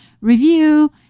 review